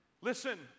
Listen